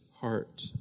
heart